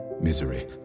misery